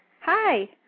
Hi